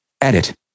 Edit